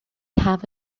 have